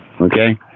okay